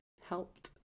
helped